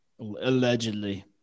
Allegedly